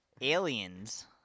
Aliens